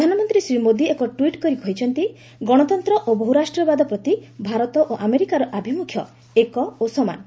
ପ୍ରଧାନମନ୍ତ୍ରୀ ଶ୍ରୀ ମୋଦି ଏକ ଟ୍ୱିଟ୍ କରି କହିଛନ୍ତି ଗଣତନ୍ତ୍ର ଓ ବହୁରାଷ୍ଟ୍ରୀୟବାଦ ପ୍ରତି ଭାରତ ଓ ଆମେରିକାର ଆଭିମୁଖ୍ୟ ଏକ ଓ ସମାନ୍